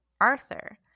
Arthur